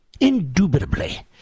indubitably